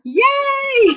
yay